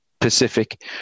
Pacific